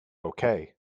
okay